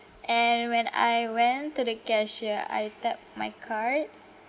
and when I went to the cashier I tap my card